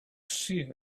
seers